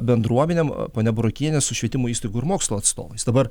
bendruomenėm ponia burokienė su švietimo įstaigų ir mokslo atstovais dabar